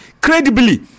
credibly